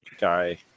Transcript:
guy